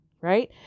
right